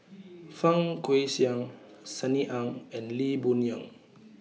Fang Guixiang Sunny Ang and Lee Boon Yang